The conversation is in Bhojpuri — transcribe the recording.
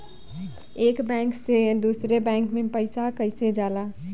एक बैंक से दूसरे बैंक में कैसे पैसा जाला?